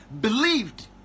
Believed